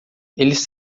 eles